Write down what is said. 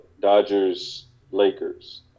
Dodgers-Lakers